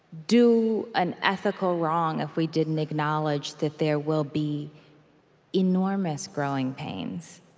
do an ethical wrong if we didn't acknowledge that there will be enormous growing pains.